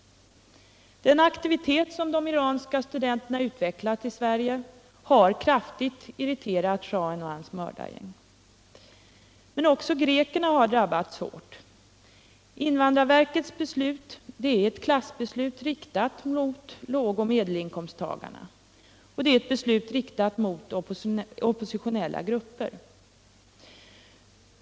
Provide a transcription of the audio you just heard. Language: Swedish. Den aktivitet som de iranska studenterna utvecklat i Sverige har kraftigt irriterat schahen och hans mördargäng. Men också grekerna har drabbats hårt. Invandrarverkets beslut är ett klassbeslut riktat mot låg och medelinkomsttagarna — det är ett beslut riktat mot oppositionella grupper.